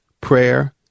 prayer